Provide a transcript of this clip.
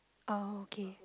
oh okay